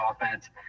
offense